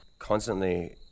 constantly